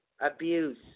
abuse